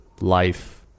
life